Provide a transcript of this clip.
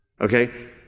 Okay